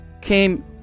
came